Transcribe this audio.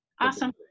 awesome